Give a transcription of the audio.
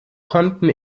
konnten